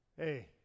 Hey